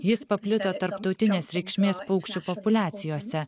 jis paplito tarptautinės reikšmės paukščių populiacijose